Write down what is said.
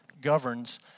governs